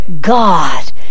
God